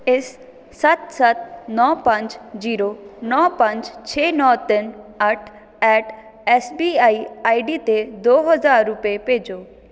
ਇਸ ਸੱਤ ਸੱਤ ਨੌ ਪੰਜ ਜੀਰੋ ਨੌ ਪੰਜ ਛੇ ਨੌ ਤਿੰਨ ਅੱਠ at S B I I D 'ਤੇ ਦੋ ਹਜ਼ਾਰ ਰੁਪਏ ਭੇਜੋ